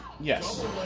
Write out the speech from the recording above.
Yes